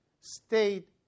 state